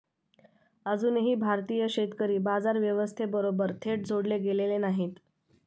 अजूनही भारतीय शेतकरी बाजार व्यवस्थेबरोबर थेट जोडले गेलेले नाहीत